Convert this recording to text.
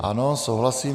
Ano, souhlasím.